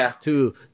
two